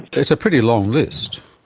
it's a pretty long list.